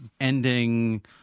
ending